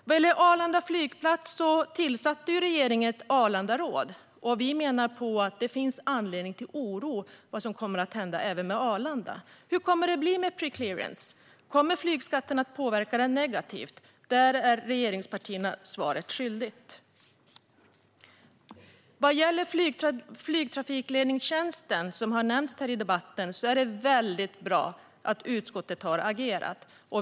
Vad gäller Arlanda flygplats tillsatte regeringen ett Arlandaråd. Vi menar att det finns anledning till oro för vad som kommer att hända även med Arlanda. Hur kommer det att bli med preclearance? Kommer flygskatten att påverka den negativt? Där är regeringspartierna svaret skyldiga. Vad gäller flygtrafikledningstjänsten, som har nämnts i debatten här, är det väldigt bra att utskottet har agerat.